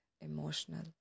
emotional